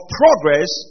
progress